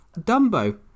Dumbo